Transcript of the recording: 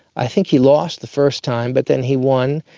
i think he lost the first time but then he won,